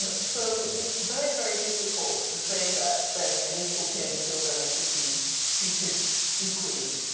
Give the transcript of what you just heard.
but so it's very, very difficult to say that there's an equal playing field and they should be treated equally.